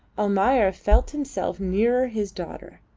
almayer felt himself nearer his daughter.